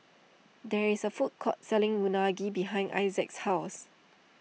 there is a food court selling Unagi behind Issac's house